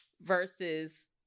versus